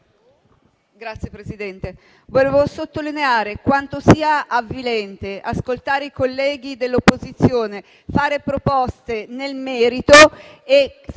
Signora Presidente, vorrei sottolineare quanto sia avvilente ascoltare i colleghi dell'opposizione fare proposte nel merito e,